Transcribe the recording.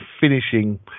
finishing